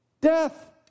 Death